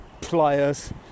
pliers